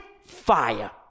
fire